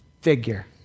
figure